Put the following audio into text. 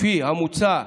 לפי המוצע,